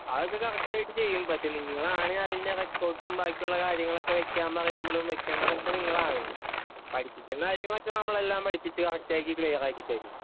അതൊക്കെ കറക്റ്റായിട്ട് ചെയ്യും പക്ഷേ നിങ്ങളാണ് അതിൻ്റെ റെക്കോർഡ്സും ബാക്കി ഉള്ള കാര്യങ്ങളൊക്കെ വെക്കാൻ പറയുമ്പോഴും വെയ്ക്കെണ്ടതൊക്കെ നിങ്ങളാണ് പഠിപ്പിക്കേണ്ടത് കാര്യങ്ങളൊക്കെ നമ്മൾ എല്ലാം പഠിപ്പിച്ച് കറക്റ്റാക്കി ക്ലിയറാക്കി തരും